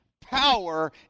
Power